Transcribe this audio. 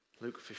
Luke